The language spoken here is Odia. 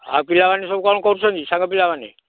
ଆଉ ପିଲାମାନେ ସବୁ କ'ଣ କରୁଛନ୍ତି ସାଙ୍ଗ ପିଲାମାନେ